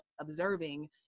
observing